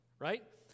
right